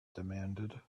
demanded